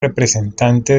representante